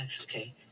Okay